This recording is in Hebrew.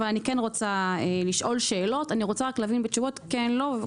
אני רוצה לשאול שאלות ולהבין בתשובות אם כן או לא.